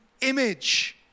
image